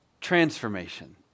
transformation